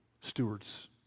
stewards